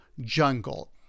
jungle